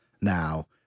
now